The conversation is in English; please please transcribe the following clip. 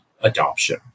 adoption